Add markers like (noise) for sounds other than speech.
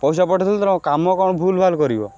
ପଇସା ପଠାଇଦେଲୁ (unintelligible) କ'ଣ କାମ କ'ଣ ଭୁଲ୍ଭାଲ୍ କରିବ